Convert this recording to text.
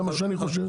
זה מה שאני חושב.